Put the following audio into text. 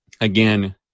again